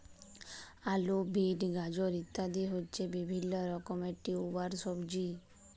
আলু, বিট, গাজর ইত্যাদি হচ্ছে বিভিল্য রকমের টিউবার সবজি